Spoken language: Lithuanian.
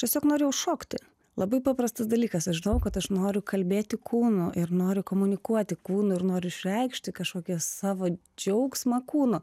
tiesiog norėjau šokti labai paprastas dalykas aš žinojau kad aš noriu kalbėti kūnu ir noriu komunikuoti kūnu ir noriu išreikšti kažkokias savo džiaugsmą kūnu